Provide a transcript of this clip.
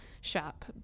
shop